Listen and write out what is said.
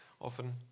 often